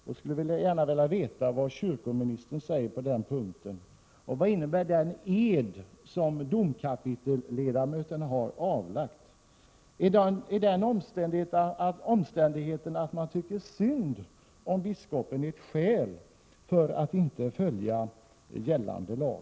Jag skulle gärna vilja veta vad kyrkoministern säger på den punkten. Vad innebär den ed som domkapitelsledamöterna har avlagt? Är den omständigheten att man tycker synd om biskopen ett skäl för att inte följa gällande lag?